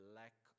lack